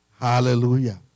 Hallelujah